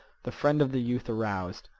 the friend of the youth aroused.